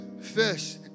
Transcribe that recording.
fish